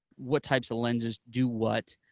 what types of lenses do what,